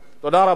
תודה רבה.